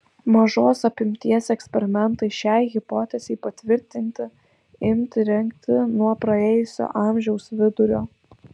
mažos apimties eksperimentai šiai hipotezei patvirtinti imti rengti nuo praėjusio amžiaus vidurio